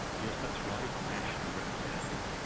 yes that's right, it's nationally representative,